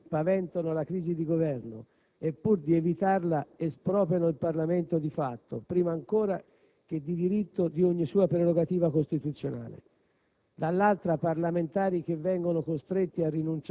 Da un lato, vi sono parlamentari che paventano la crisi di Governo e, pur di evitarla, espropriano il Parlamento di fatto, prima ancora che di diritto, di ogni sua prerogativa costituzionale;